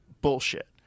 bullshit